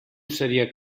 seria